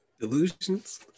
Delusions